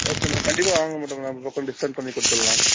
okay madam கண்டிப்பாக வாங்க madam நான் டிஸ்கவுண்ட் பண்ணி கொடுத்துட்லாம்